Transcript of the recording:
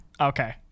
okay